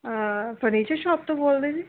furniture shop ਤੋਂ ਬੋਲਦੇ ਜੀ